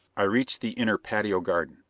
i reached the inner, patio garden.